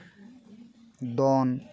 ᱫᱚᱱ